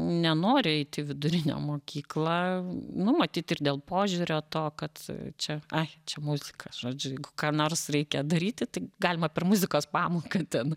nenori eit į vidurinę mokyklą nu matyt ir dėl požiūrio to kad čia ai čia muzika žodžiu jeigu ką nors reikia daryti tai galima per muzikos pamoką ten